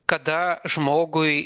kada žmogui